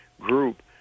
group